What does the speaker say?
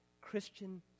Christian